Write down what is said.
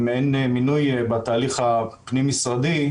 אם אין מינוי בתהליך הפנים-משרדי,